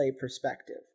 perspective